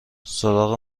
سراغ